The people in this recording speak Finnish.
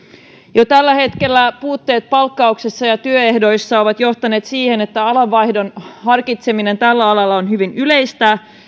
jo tällä hetkellä puutteet palkkauksessa ja työehdoissa ovat johtaneet siihen että alanvaihdon harkitseminen tällä alalla on hyvin yleistä